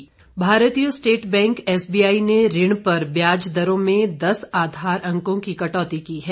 SBI भारतीय state bank SBI ने ऋण पर ब्याज दरों में दस आधार अंकों की कटौती की है